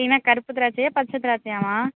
இல்லைன்னா கருப்பு திராட்சையா பச்சை திராட்சையாமா